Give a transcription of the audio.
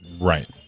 Right